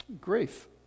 grief